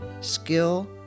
skill